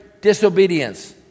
Disobedience